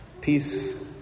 Peace